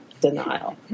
denial